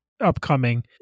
upcoming